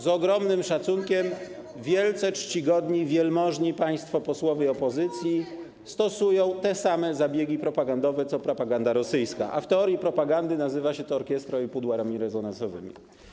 Z ogromnym szacunkiem wielce czcigodni, wielmożni państwo posłowie opozycji stosują te same zabiegi propagandowe co propaganda rosyjska, a w teorii propagandy nazywa się to orkiestrą i pudłami rezonansowymi.